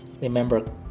Remember